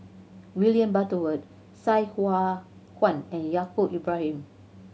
William Butterworth Sai Hua Kuan and Yaacob Ibrahim